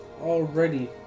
Already